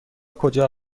کجا